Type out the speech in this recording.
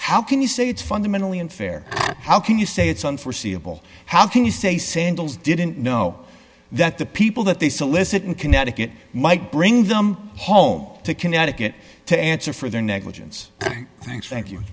how can you say it's fundamentally unfair how can you say it's unforeseeable how can you say sandals didn't know that the people that they solicit in connecticut might bring them home to cannot it to answer for their negligence